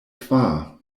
kvar